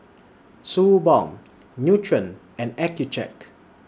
Suu Balm Nutren and Accucheck